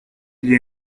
gli